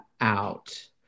out